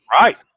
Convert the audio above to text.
Right